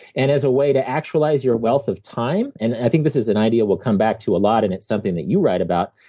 and as a way to actualize your wealth of time. and i think this is an idea we'll come back to a lot, and it's something that you write about,